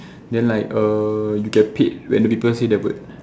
then like err you get paid when the people say that word